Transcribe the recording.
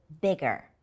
bigger